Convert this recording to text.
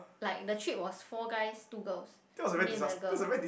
like the trip was four guys two girls me and the girl